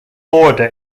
border